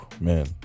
man